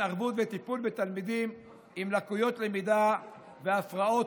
התערבות וטיפול בתלמידים עם לקויות למידה והפרעות